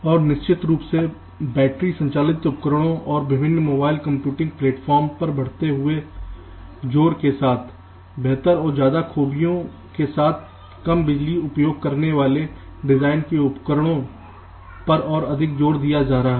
और निश्चित रूप से बैटरी संचालित उपकरणों और विभिन्न मोबाइल कंप्यूटिंग प्लेटफार्मों पर बढ़ते जोर के साथ बेहतर और ज्यादा खूबियों के साथ कम बिजली उपयोग करने वाले डिजाइन के उपकरणों पर और अधिक जोर दिया जा दिया गया है